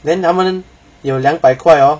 then 他们有两百块哦